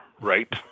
right